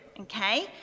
okay